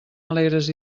alegres